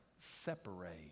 separate